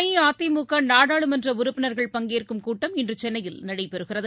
அஇஅதிமுக நாடாளுமன்ற உறுப்பினர்கள் பங்கேற்கும் கூட்டம் இன்று சென்னையில் நடைபெறுகிறது